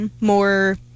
more